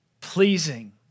pleasing